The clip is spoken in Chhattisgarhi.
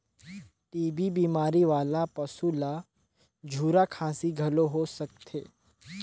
टी.बी बेमारी वाला पसू ल झूरा खांसी घलो हो सकथे